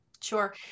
Sure